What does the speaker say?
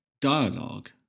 dialogue